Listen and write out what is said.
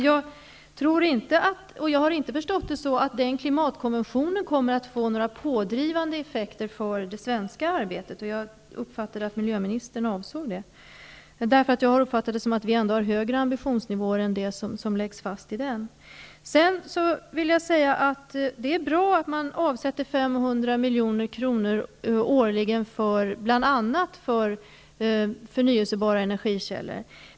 Jag har inte förstått det så att klimatkonventionen kommer att få några pådrivande effekter för det svenska arbetet. Jag uppfattade att miljöministern avsåg detta. Jag uppfattade det så att vi har en högre ambitionsnivå än vad som läggs fast i konventionen. Det är bra att det avsätts 500 milj.kr. årligen bl.a. för förnyelsebara energikällor.